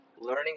Learning